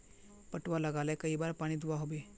पटवा लगाले कई बार पानी दुबा होबे?